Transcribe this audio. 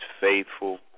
faithful